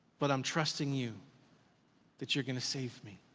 but i'm trusting you that you're gonna save me.